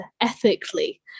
ethically